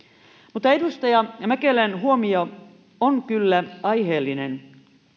mutta edustaja mäkelän huomio on kyllä aiheellinen